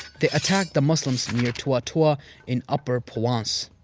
they attacked the muslims near tourtour in upper provence.